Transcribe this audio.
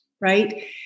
right